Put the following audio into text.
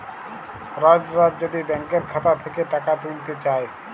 রজ রজ যদি ব্যাংকের খাতা থ্যাইকে টাকা ত্যুইলতে চায়